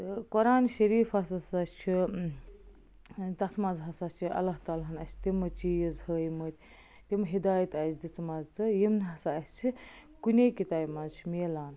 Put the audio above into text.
تہٕ قرآنہِ شریٖفَس ہَسا چھُ تَتھ منٛز ہَسا چھِ اللہ تعلیٰ ہن اَسہِ تِمہٕ چیٖز ہٲیمٕتۍ تِم ہِدایتہٕ اَسہِ دِژمَژٕ یِم نَہ ہَسا اَسہِ کُنے کِتابہِ منٛز چھِ میلان